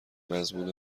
مضمون